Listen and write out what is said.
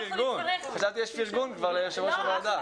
חשבתי שיש פרגון ליושב ראש הוועדה.